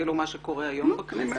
אפילו נוכח מה שקורה היום בכנסת?